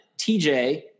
TJ